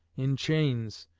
in chains,